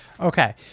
Okay